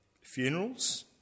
funerals